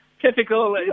typical